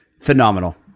Phenomenal